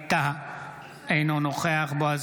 ווליד טאהא, אינו נוכח בועז